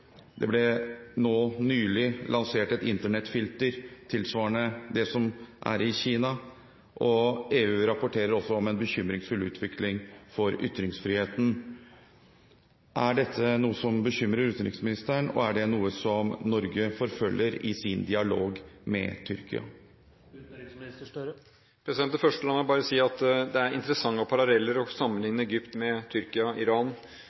Det ble nå nylig lansert et Internett-filter tilsvarende det som er i Kina, og EU rapporterer også om en bekymringsfull utvikling for ytringsfriheten. Er dette noe som bekymrer utenriksministeren, og er det noe som Norge forfølger i sin dialog med Tyrkia? Til det første: La meg bare si at det er interessante paralleller å sammenlikne Egypt med Tyrkia og Iran.